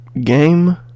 game